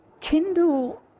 Kindle